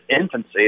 infancy